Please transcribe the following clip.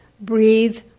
breathe